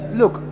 look